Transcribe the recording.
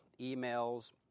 emails